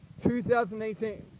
2018